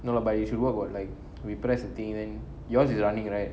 no lah but you should work what like repress the thing then yours is running right